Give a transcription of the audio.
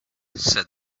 said